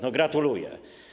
No gratuluję.